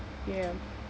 ya